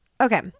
okay